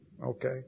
Okay